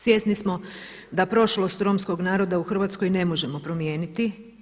Svjesni smo da prošlost romskog naroda u Hrvatskoj ne možemo promijeniti.